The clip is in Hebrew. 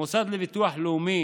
המוסד לביטוח לאומי